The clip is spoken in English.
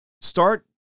start